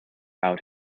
out